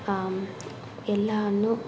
ಎಲ್ಲವನ್ನೂ